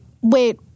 wait